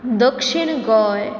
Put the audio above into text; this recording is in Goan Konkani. दक्षीण गोंय